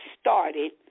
started